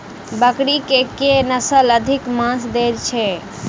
बकरी केँ के नस्ल अधिक मांस दैय छैय?